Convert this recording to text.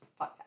podcast